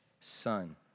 son